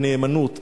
בנאמנות.